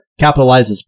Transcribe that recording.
capitalizes